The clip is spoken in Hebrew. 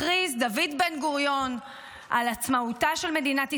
הכריז דוד בן-גוריון על עצמאותה של מדינת ישראל,